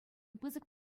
пысӑк